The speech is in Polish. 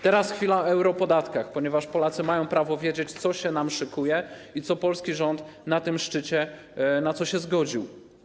Teraz chwila o europodatkach, ponieważ Polacy mają prawo wiedzieć, co się nam szykuje i na co polski rząd na tym szczycie się zgodził.